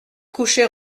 coucher